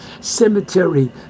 cemetery